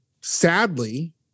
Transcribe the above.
sadly